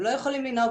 הם לא יכולים לנהוג,